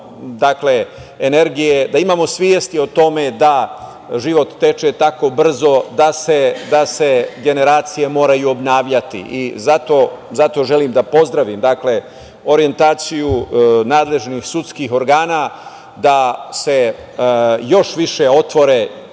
imamo energije, da imamo svesti o tome da život teče tako brzo da se generacije moraju obnavljati. Zato želim da pozdravim, dakle orjentaciju nadležnih sudskih organa, da se još više otvore,